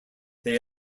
they